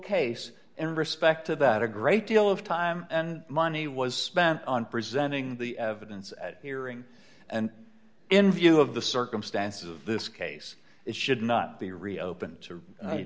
case and respected that a great deal of time and money was spent on presenting the evidence at hearing and in view of the circumstances of this case it should not be reopened to